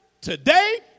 today